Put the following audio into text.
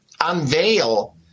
unveil